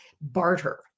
barter